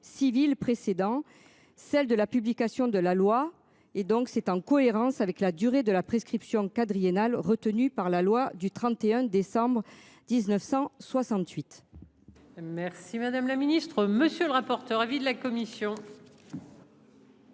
civiles précédant celle de la publication de la loi et donc c'est en cohérence avec la durée de la prescription quadriennal retenu par la loi du 31 décembre 1968.